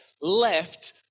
left